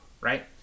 right